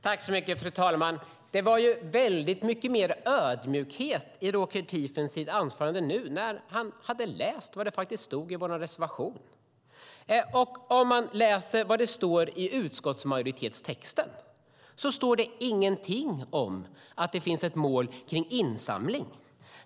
Fru talman! Det var väldigt mycket mer ödmjukhet i Roger Tiefensees anförande nu, när han hade läst vad det faktiskt står i vår reservation. I utskottsmajoritetstexten står det ingenting om att det skulle finnas ett mål för insamling.